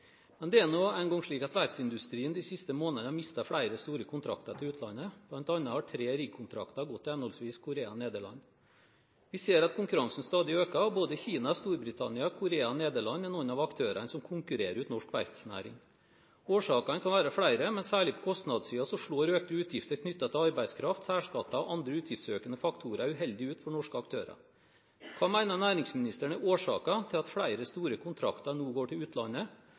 Men det er nå en gang slik at verftsindustrien de siste månedene har mistet flere store kontrakter til utlandet, bl.a. har tre riggkontrakter gått til henholdsvis Korea og Nederland. Vi ser at konkurransen stadig øker, og Kina, Storbritannia, Korea og Nederland er noen av aktørene som konkurrerer ut norsk verftsnæring. Årsakene kan være flere, men særlig på kostnadssiden slår økte utgifter knyttet til arbeidskraft, særskatter og andre utgiftsøkende faktorer uheldig ut for norske aktører. Hva mener næringsministeren er årsaken til at flere store kontrakter nå går til utlandet?